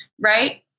right